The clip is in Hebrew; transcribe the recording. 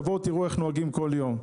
בואו ותראו איך נוהגים שם כל יום.